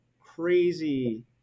crazy